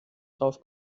drauf